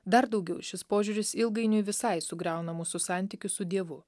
dar daugiau šis požiūris ilgainiui visai sugriauna mūsų santykius su dievu